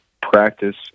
practice